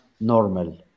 normal